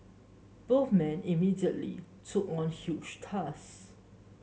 both men immediately took on huge tasks